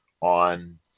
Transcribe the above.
on